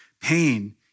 pain